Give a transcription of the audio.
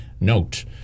note